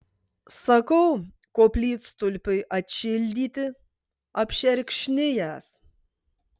sakau koplytstulpiui atšildyti apšerkšnijęs